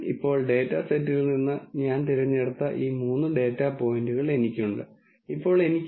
ഇപ്പോൾ മുകളിലെ ചിത്രത്തിന് സമാനമായ പ്രോബ്ളത്തിന്റെ അതേ നോൺ ലീനിയർ പതിപ്പ് ഇവിടെ കാണിച്ചിരിക്കുന്നു